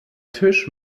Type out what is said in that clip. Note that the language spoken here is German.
tisch